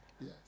yes